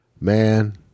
Man